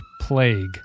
plague